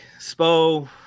Spo